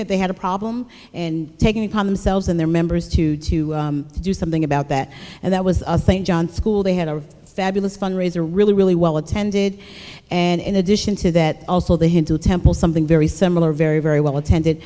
that they had a problem and taking it upon themselves and their members to to do something about that and that was a thing john school they had a fabulous fundraiser really really well attended and in addition to that also the hindu temple something very similar very very well attended